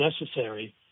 necessary